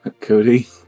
Cody